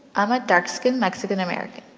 i'm a dark-skinned mexican-american.